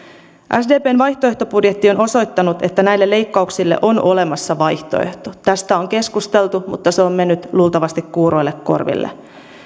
sdpn vaihtoehtobudjetti on osoittanut että näille leikkauksille on olemassa vaihtoehto tästä on keskusteltu mutta se on mennyt luultavasti kuuroille korville